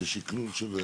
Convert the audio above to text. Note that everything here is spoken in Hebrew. זה שקלול.